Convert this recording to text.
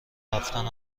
رفتن